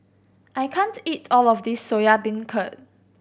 I can't eat all of this Soya Beancurd